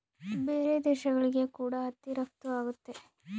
ಬೇರೆ ದೇಶಗಳಿಗೆ ಕೂಡ ಹತ್ತಿ ರಫ್ತು ಆಗುತ್ತೆ